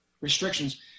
restrictions